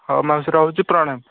ହଉ ମାଉସୀ ରହୁଛି ପ୍ରଣାମ